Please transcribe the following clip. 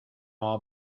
all